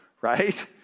right